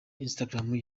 instagram